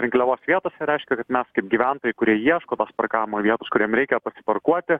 rinkliavos vietose reiškia kad mes kaip gyventojai kurie ieško tos parkavimo vietos kuriem reikia pasiparkuoti